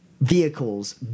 vehicles